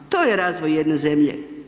To je razvoj jedne zemlje.